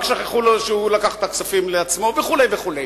רק שכחו לו שהוא לקח את הכספים לעצמו וכן הלאה.